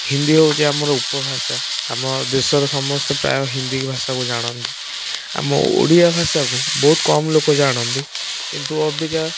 ହିନ୍ଦୀ ହେଉଛି ଆମ ଉପଭାଷା ଆମ ଦେଶରେ ସମସ୍ତେ ପ୍ରାୟ ହିନ୍ଦୀ ଭାଷାକୁ ଜାଣନ୍ତି ଆମ ଓଡ଼ିଆ ଭାଷାକୁ ବହୁତ କମ୍ ଲୋକ ଜାଣନ୍ତି କିନ୍ତୁ ଅଭିକା